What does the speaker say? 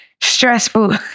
stressful